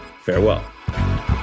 farewell